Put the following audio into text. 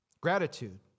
Gratitude